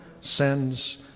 sends